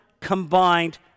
combined